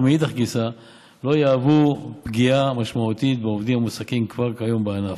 ומאידך גיסא לא יהוו פגיעה משמעותית בעובדים המועסקים כבר כיום בענף.